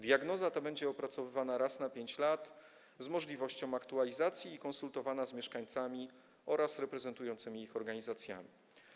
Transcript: Diagnoza ta będzie opracowywana raz na 5 lat z możliwością aktualizacji i konsultowana z mieszkańcami oraz reprezentującymi ich organizacjami.